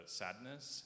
sadness